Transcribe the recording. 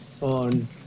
on